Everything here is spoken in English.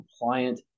compliant